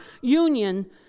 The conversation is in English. union